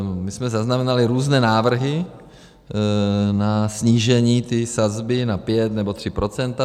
My jsme zaznamenali různé návrhy na snížení té sazby na 5 nebo 3 %.